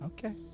Okay